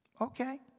Okay